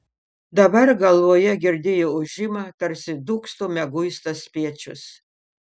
dabar galvoje girdėjo ūžimą tarsi dūgztų mieguistas spiečius